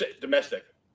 Domestic